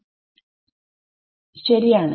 വിദ്യാർത്ഥി ശരിയാണ്